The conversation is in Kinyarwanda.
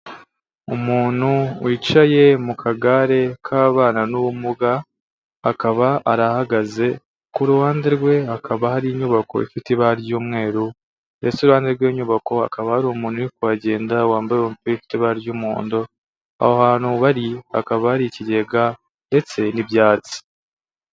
Umuntu wicaye mu kagare k'ababana n'ubumuga akaba arahagaze, ku ruhande rwe hakaba hari inyubako ifite ibara ry'umweru ndetse iruhande rw'inyubako hakaba hari umuntu uri kuhagenda wambaye umupira ufite ibara ry'umuhondo, aho hantu bari hakaba hari ikigega ndetse n'ibyatsi.